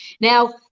Now